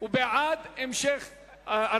הוא בעד הרציפות.